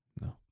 no